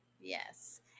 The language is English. Yes